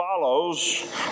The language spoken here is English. follows